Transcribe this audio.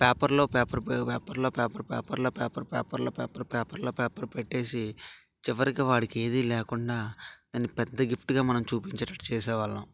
పేపర్లో పేపర్ పేపర్లో పేపర్ పేపర్లో పేపర్ పేపర్లో పేపర్ పేపర్లో పేపర్ పెట్టేసి చివరికి వాడికి ఏది లేకుండా దాన్ని పెద్ద గిఫ్ట్గా చూపించేటట్టు చేసేవాళ్ళం